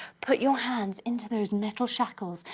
put your hands into those metal shackles,